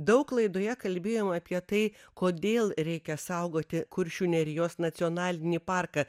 daug laidoje kalbėjom apie tai kodėl reikia saugoti kuršių nerijos nacionalinį parką